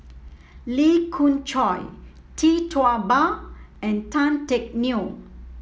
Lee Khoon Choy Tee Tua Ba and Tan Teck Neo